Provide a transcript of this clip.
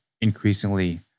increasingly